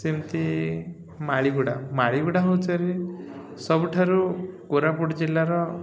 ସେମିତି ମାଳିଗୁଡ଼ା ମାଳିଗୁଡ଼ା ହଉଚାରେ ସବୁଠାରୁ କୋରାପୁଟ ଜିଲ୍ଲାର